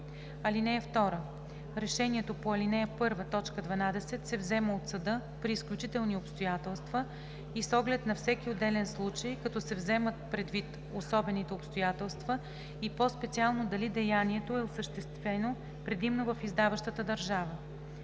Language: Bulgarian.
(2) Решението по ал. 1, т. 12 се взема от съда при изключителни обстоятелства и с оглед на всеки отделен случай, като се вземат предвид особените обстоятелства и по-специално дали деянието е осъществено предимно в издаващата държава.